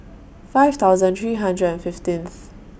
five thousand three hundred and fifteenth